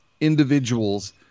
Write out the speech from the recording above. individuals